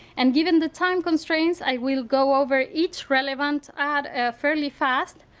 and given the time constraints i will go over each relevant ad fairly fast,